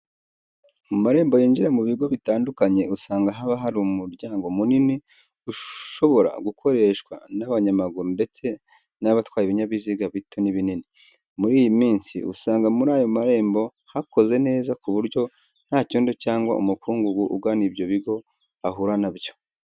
Mu marembo yinjira mu bigo bitandukanye usanga haba hari umuryango munini ushobora gukoreshwa n'abanyamaguru ndetse n'abatwaye ibinyabiziga bito n'ibinini. Muri iyi minsi usanga muri ayo marembo hakoze neza ku buryo nta cyondo cyangwa umukungugu ugana ibyo bigo ahura na byo.